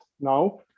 now